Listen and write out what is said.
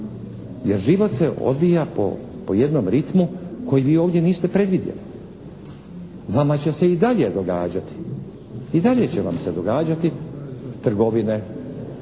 jer život se odvija po jednom ritmu kojeg vi ovdje niste predvidjeli. Vama će se i dalje događati, i dalje će vam se događati trgovine